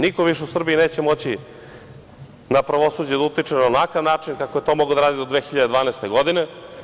Niko više u Srbiji neće moći na pravosuđe da utiče na onakav način kako je to mogao da radi do 2012. godine.